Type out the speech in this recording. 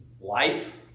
life